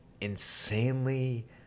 insanely